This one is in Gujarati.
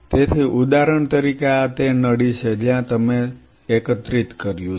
તેથી ઉદાહરણ તરીકે આ તે નળી છે જ્યાં તમે એકત્રિત કર્યું છે